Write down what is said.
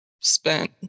spent